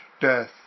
death